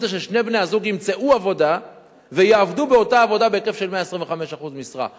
זה ששני בני-הזוג ימצאו עבודה ויעבדו באותה עבודה בהיקף של 125% משרה.